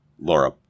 Laura